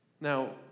Now